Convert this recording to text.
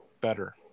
better